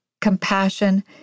compassion